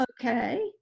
okay